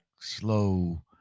slow